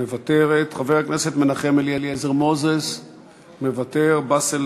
מוותרת, חבר הכנסת מנחם אליעזר מוזס, מוותר, באסל